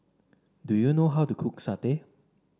do you know how to cook satay